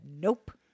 nope